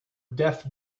death